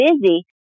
busy